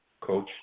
coach